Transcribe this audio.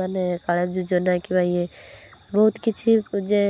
ମାନେ କାଳିଆ ଯୋଜନା କିମ୍ବା ଇଏ ବହୁତ କିଛି ଯେ